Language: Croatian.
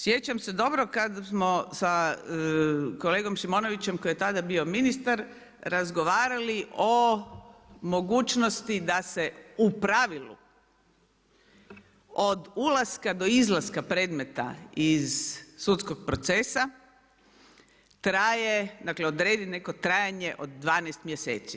Sjećam se dobro, kada smo sa kolegom Šimonovićem koji je tada bio ministar razgovarali o mogućnosti da se u pravilu od ulaska do izlaska predmeta iz sudskog procesa traje, dakle, odredi neko trajanje od 12 mjeseci.